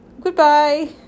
Goodbye